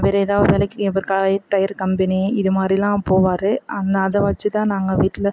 வேறு எதாவது வேலைக்கி இவர் காய் டயர் கம்பெனி இது மாதிரிலாம் போவார் அந்த அதை வச்சுதான் நாங்கள் வீட்டில்